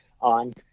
on